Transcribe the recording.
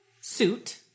suit